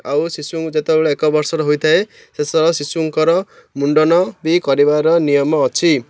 ଆଉ ଶିଶୁଙ୍କୁ ଯେତେବେଳେ ଏକ ବର୍ଷର ହୋଇଥାଏ ଶିଶୁଙ୍କର ମୁଣ୍ଡନ ବି କରିବାର ନିୟମ ଅଛି